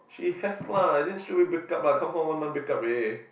she have lah then straight away breakup ah come home one month breakup already